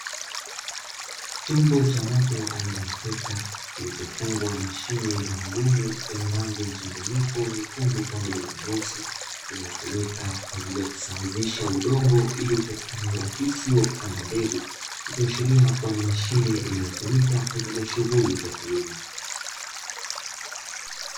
Chombo cha moto aina ya trekta kilichofungwa mashine maalumu yenye rangi mchanganyiko nyekundu pamoja na nyeusi inayotumika kwa ajili ya kusawazisha udongo ili upatikane urahisi wa kupanda mbegu, ikiashiria kuwa ni mashine inayotumika kwa ajili ya shughuli za kilimo.